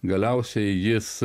galiausiai jis